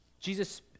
Jesus